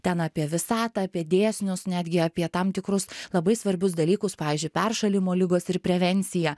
ten apie visatą apie dėsnius netgi apie tam tikrus labai svarbius dalykus pavyzdžiui peršalimo ligos ir prevencija